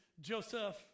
joseph